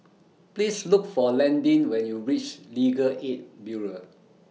Please Look For Landyn when YOU REACH Legal Aid Bureau